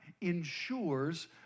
ensures